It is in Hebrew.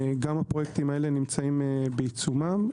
גם הפרויקטים הללו נמצאים בעיצומם.